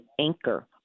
anchor